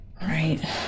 Right